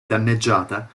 danneggiata